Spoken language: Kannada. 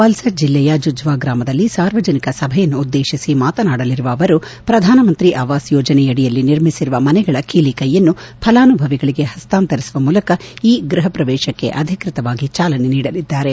ವಲ್ಲಾದ್ ಜಿಲ್ಲೆಯ ಜುಜ್ವಾ ಗ್ರಾಮದಲ್ಲಿ ಸಾರ್ವಜನಿಕ ಸಭೆಯನ್ನುದ್ದೇಶಿಸಿ ಮಾತನಾಡಲಿರುವ ಅವರು ಪ್ರಧಾನಮಂತ್ರಿ ಅವಾಸ್ ಯೋಜನೆಯಡಿಯಲ್ಲಿ ನಿರ್ಮಿಸಿರುವ ಮನೆಗಳ ಕೀಲಿ ಕೈಯನ್ನು ಫಲಾನುಭವಿಗಳಿಗೆ ಹಸ್ತಾಂತರಿಸುವ ಮೂಲಕ ಇ ಗೃಹಪ್ರವೇಶಕ್ಕೆ ಅಧಿಕೃತವಾಗಿ ಚಾಲನೆ ನೀಡಲಿದ್ದಾರೆ